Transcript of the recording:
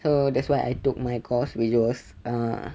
so that's why I took my course which was err